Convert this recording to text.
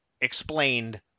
explained